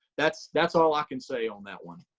that's that's all i can say on that one.